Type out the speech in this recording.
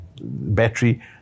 battery